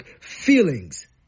feelings